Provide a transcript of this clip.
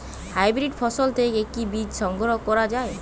Hybrid ফসল থেকে কি বীজ সংগ্রহ করা য়ায়?